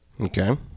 Okay